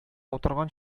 утырган